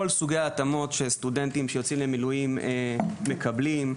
סוגי ההתאמות שסטודנטים שיוצאים למילואים מקבלים,